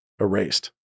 erased